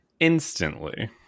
instantly